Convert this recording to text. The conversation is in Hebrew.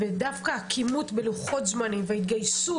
ודווקא הכימות בלוחות זמנים וההתגייסות